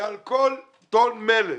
ועל כל טון מלט